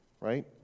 right